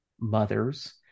mothers